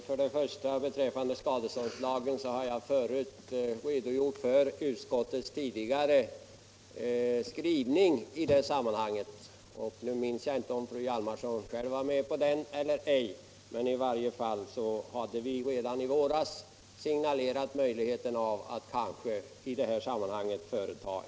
Herr talman! Beträffande skadeståndslagen har jag förut redogjort för utskottets tidigare skrivning i det sammanhanget. Jag minns inte om fru Hjalmarsson var med om den eller ej, men i varje fall signalerade vi i våras möjligheten av att en förändring skulle företas.